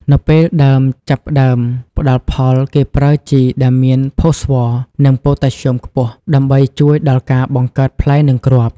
នៅពេលដើមចាប់ផ្តើមផ្តល់ផល គេប្រើជីដែលមានផូស្វ័រ និងប៉ូតាស្យូមខ្ពស់ ដើម្បីជួយដល់ការបង្កើតផ្លែ និងគ្រាប់